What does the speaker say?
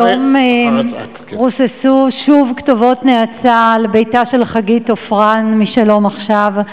היום רוססו שוב כתובות נאצה על ביתה של חגית עופרן מ"שלום עכשיו",